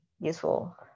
useful